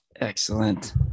Excellent